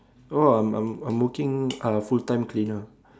oh I'm I'm I'm working uh full time cleaner